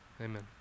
Amen